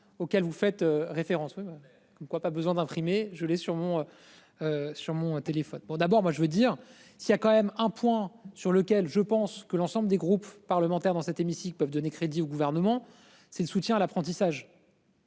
auquel vous faites référence, oui. Comme quoi, pas besoin d'imprimer. Je l'ai sur mon. Sur mon téléphone pour d'abord moi, je veux dire s'il y a quand même un point sur lequel je pense que l'ensemble des groupes parlementaires dans cet hémicycle, peuvent donner crédit au gouvernement, c'est le soutien à l'apprentissage.--